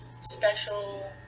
special